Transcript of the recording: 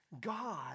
God